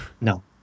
No